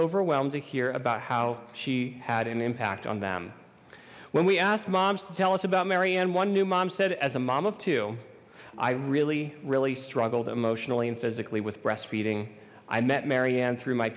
overwhelmed to hear about how she had an impact on them when we asked moms to tell us about mary ann one new mom said as a mom of two i really really struggled emotionally and physically with breast feeding i met mary ann through my